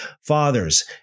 fathers